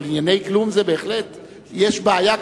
אבל ענייני כלום זה בהחלט יש בעיה אם